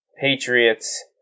Patriots